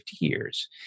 years